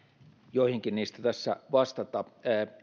joihinkin niistä tässä vastata